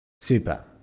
Super